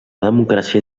democràcia